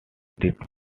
did